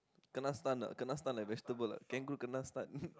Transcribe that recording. kena stun ah kena stun like vegetable lah kangaroo kena stun